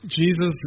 Jesus